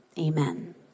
amen